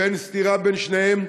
ואין סתירה בין שניהם.